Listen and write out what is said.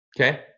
Okay